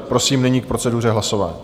Prosím, nyní k proceduře hlasování.